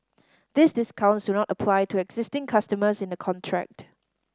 these discounts do not apply to existing customers in a contract